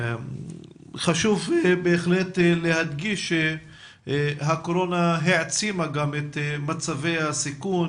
חשוב בהחלט להדגיש שהקורונה העצימה גם את מצבי הסיכון,